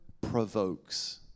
provokes